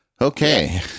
Okay